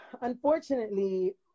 unfortunately